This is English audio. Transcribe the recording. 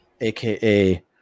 aka